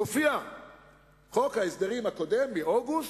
מופיע חוק ההסדרים הקודם מאוגוסט,